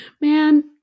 Man